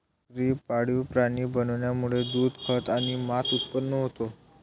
बकरी पाळीव प्राणी बनवण्यामुळे दूध, खत आणि मांस उत्पन्न होते